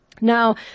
Now